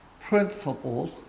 principles